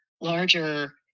larger